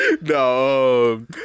no